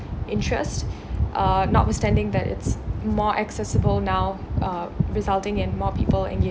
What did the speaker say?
interest uh notwithstanding that it's more accessible now uh resulting in more people